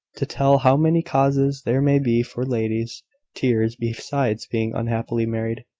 to tell how many causes there may be for ladies' tears besides being unhappily married.